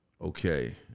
Okay